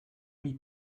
m’y